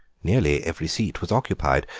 nearly every seat was occupied,